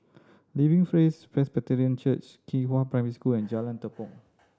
Living Praise Presbyterian Church Qihua Primary School and Jalan Tepong